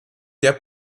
der